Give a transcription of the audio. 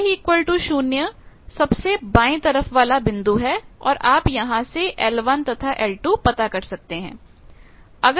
y0 सबसे बाएं तरफ वाला बिंदु है और आप यहां से l1 तथा l2 पता कर सकते हैं